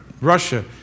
Russia